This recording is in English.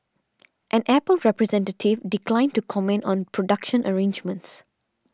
an Apple representative declined to comment on production arrangements